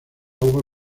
agua